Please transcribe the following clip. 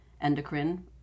endocrine